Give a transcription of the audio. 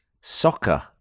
Soccer